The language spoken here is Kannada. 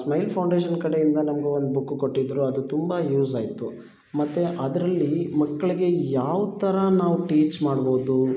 ಸ್ಮೈಲ್ ಫೌಂಡೇಶನ್ ಕಡೆಯಿಂದ ನನ್ಗೆ ಒಂದು ಬುಕ್ಕು ಕೊಟ್ಟಿದ್ದರು ಅದು ತುಂಬ ಯೂಸ್ ಆಯಿತು ಮತ್ತು ಅದರಲ್ಲಿ ಮಕ್ಕಳಿಗೆ ಯಾವ ಥರ ನಾವು ಟೀಚ್ ಮಾಡ್ಬೋದು